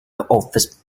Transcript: office